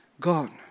God